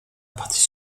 partie